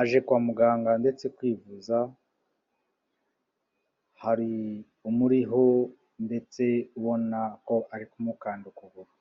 aje kwa muganga ndetse kwivuza, hari umuriho ndetse ubona ko ari kumukanda ukuguru.